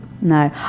no